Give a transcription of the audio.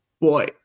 Boy